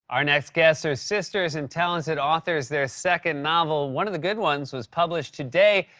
our next guests are sisters and talented authors. their second novel, one of the good ones, was published today.